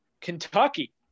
Kentucky